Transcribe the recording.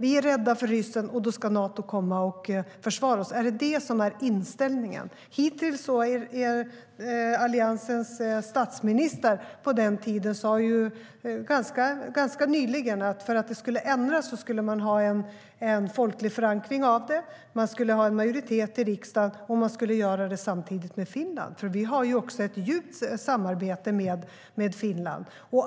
Vi är rädda för ryssen, och då ska Nato komma och försvara oss - är det det som är inställningen?